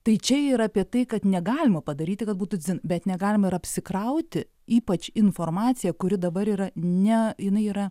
tai čia yra apie tai kad negalima padaryti kad būtų dzin bet negalima ir apsikrauti ypač informacija kuri dabar yra ne jinai yra